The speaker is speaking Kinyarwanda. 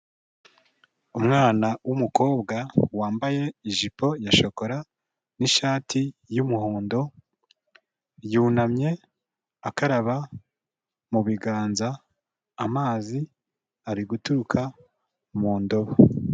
Umwana w'umukobwa wambaye ya shokora n'ishati y'umuhondo, yunamye akaraba mu biganza, amazi ari guturuka mu ndobo.